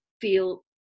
feel